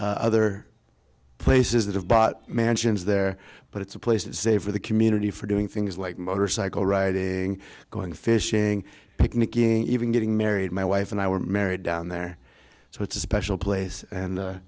other places that have bought mansions there but it's a place say for the community for doing things like motorcycle riding going for fishing picnicking even getting married my wife and i were married down there so it's a special place and